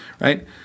right